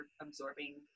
absorbing